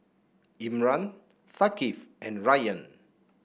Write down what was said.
Imran Thaqif and Rayyan